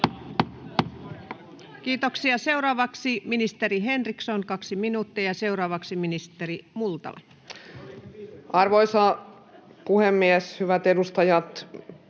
Kiitoksia. — Seuraavaksi ministeri Henriksson, kaksi minuuttia, ja sitten ministeri Multala. Arvoisa puhemies! Hyvät edustajat!